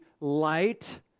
light